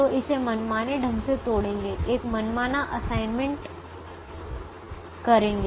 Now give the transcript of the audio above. तो इसे मनमाने ढंग से तोड़ेंगे और एक मनमाना असाइनमेंट करेंगे